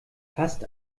fast